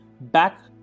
back